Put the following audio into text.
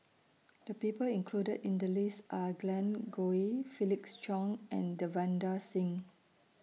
The People included in The list Are Glen Goei Felix Cheong and Davinder Singh